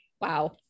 Wow